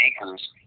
acres